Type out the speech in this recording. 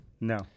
no